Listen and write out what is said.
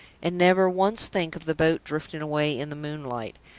and never once think of the boat drifting away in the moonlight,